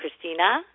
Christina